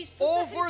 over